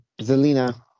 Zelina